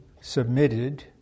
submitted